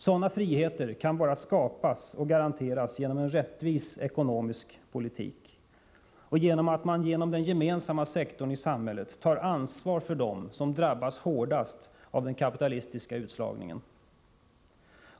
Sådana friheter kan bara skapas och garanteras genom en rättvis ekonomisk politik och genom att man via den gemensamma sektorn i samhället tar ansvar för dem som drabbas hårdast av den kapitalistiska utslagningen.